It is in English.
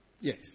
Yes